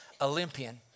Olympian